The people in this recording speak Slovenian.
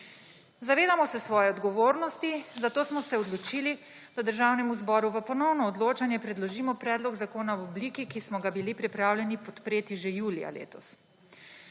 Zavedamo se svoje odgovornosti, zato smo se odločili, da Državnemu zboru v ponovno odločanje predložimo predlog zakona v obliki, ki smo jo bili pripravljeni podpreti že julija letos.